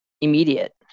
immediate